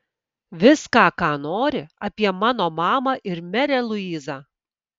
viską ką nori apie mano mamą ir merę luizą